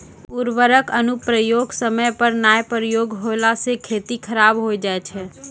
उर्वरक अनुप्रयोग समय पर नाय प्रयोग होला से खेती खराब हो जाय छै